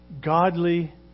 godly